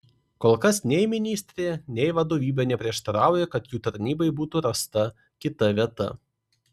kol kas nei ministrė nei vadovybė neprieštarauja kad jų tarnybai būtų rasta kita vieta